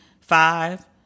five